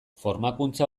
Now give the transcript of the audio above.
formakuntza